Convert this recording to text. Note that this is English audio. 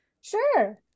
sure